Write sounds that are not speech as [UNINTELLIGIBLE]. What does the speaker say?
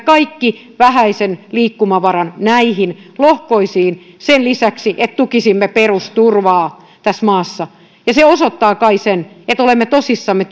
kaiken vähäisen liikkumavaran näihin lohkoihin sen lisäksi että tukisimme perusturvaa tässä maassa ja se osoittaa kai sen että olemme tosissamme [UNINTELLIGIBLE]